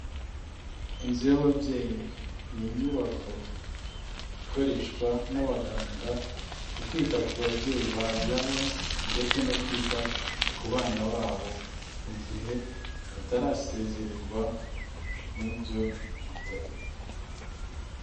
Inzu y'ababyeyi ni inyubako ikoreshwa n'abaganga mu kwita ku babyeyi babyaye ndetse no kwita ku bana babo mu gihe batarasezererwa muri ibyo bitaro.